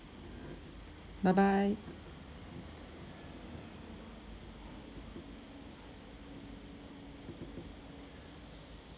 bye bye